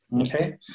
Okay